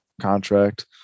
contract